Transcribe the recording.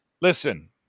Listen